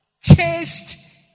chased